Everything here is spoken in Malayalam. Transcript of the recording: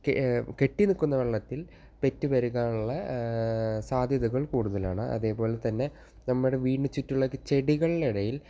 കെട്ടിനിൽക്കുന്ന വെള്ളത്തിൽ പെറ്റുപെരുകാനുള്ള സാദ്ധ്യതകൾ കൂടുതലാണ് അതേപോലെതന്നെ നമ്മുടെ വീടിനു ചുറ്റുമുള്ള ചെടികളുടെ ഇടയിൽ